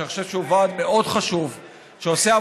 שאני חושב שהוא ועד מאוד חשוב,